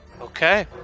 Okay